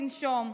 לנשום,